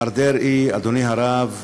מר דרעי, אדוני הרב,